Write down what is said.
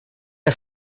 que